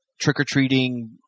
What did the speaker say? trick-or-treating